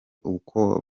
uko